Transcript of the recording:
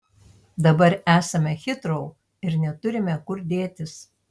dabar esame hitrou ir neturime kur dėtis